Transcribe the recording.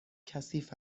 کثیف